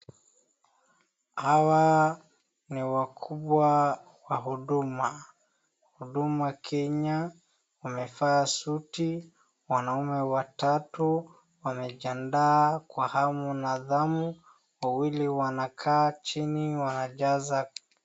Hawa ni wakubwa wa huduma. Huduma kenya. Wamevaa suti. Wanaume watatu wamejiandaa kwa hamu na ghamu. Wawili wanakaa chini wanajaza.